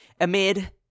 amid